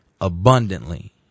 abundantly